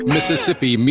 Mississippi